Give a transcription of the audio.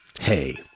Hey